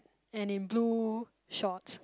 and in blue shorts